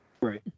Right